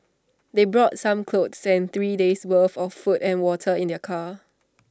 they brought some clothes and three days worth of food and water in their car